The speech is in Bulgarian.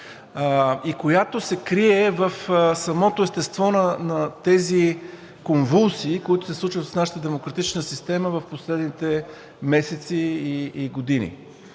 и която се крие в самото естество на тези конвулсии, които се случват в нашата демократична система в последните месеци и години: